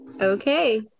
Okay